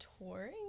touring